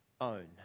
own